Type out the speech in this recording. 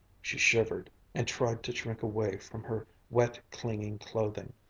she shivered and tried to shrink away from her wet, clinging clothing.